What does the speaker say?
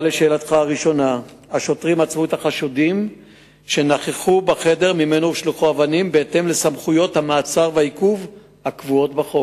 השוטרים אמרו שזהו מעצר "למען ישמעו וייראו".